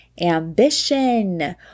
ambition